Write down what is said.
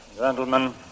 Gentlemen